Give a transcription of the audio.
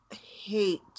hate